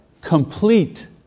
Complete